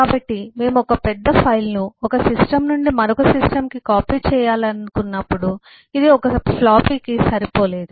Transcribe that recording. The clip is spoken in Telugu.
కాబట్టి మేము ఒక పెద్ద ఫైల్ను ఒక సిస్టమ్ నుండి మరొక సిస్టమ్కు కాపీ చేయాలనుకున్నప్పుడు ఇది ఒక ఫ్లాపీకి సరిపోలేదు